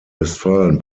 westfalen